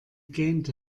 gähnte